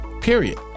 period